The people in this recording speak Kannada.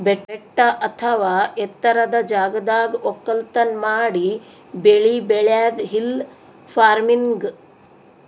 ಬೆಟ್ಟ ಅಥವಾ ಎತ್ತರದ್ ಜಾಗದಾಗ್ ವಕ್ಕಲತನ್ ಮಾಡಿ ಬೆಳಿ ಬೆಳ್ಯಾದೆ ಹಿಲ್ ಫಾರ್ಮಿನ್ಗ್